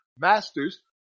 Masters